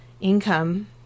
income